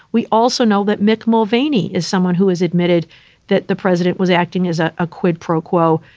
we also know that mick mulvaney is someone who has admitted that the president was acting as a ah quid pro quo.